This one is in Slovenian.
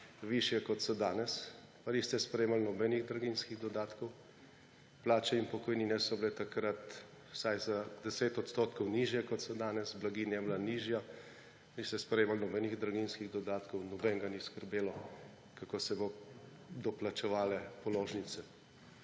višje, kot so danes, pa niste sprejemali nobenih draginjskih dodatkov, plače in pokojnine so bile takrat vsaj za 10 % nižje, kot so danes, blaginja je bila nižja. Niste sprejemal nobenih draginjskih dodatkov, nobenega ni skrbelo, kako se bodo plačevale položnice.